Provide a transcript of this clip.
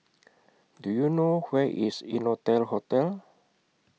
Do YOU know Where IS Innotel Hotel